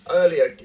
earlier